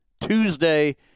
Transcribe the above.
Tuesday